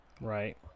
Right